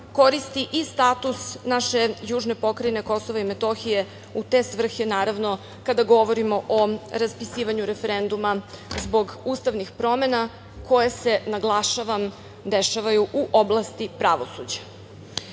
koristi i status naše južne pokrajine KiM u te svrhe, naravno kada govorimo o raspisivanju referenduma zbog ustavnih promena koje se, naglašavam, dešavaju u oblasti pravosuđa. Neistine